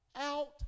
out